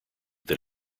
that